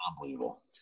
unbelievable